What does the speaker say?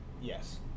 Yes